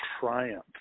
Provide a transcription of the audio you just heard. triumph